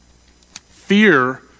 Fear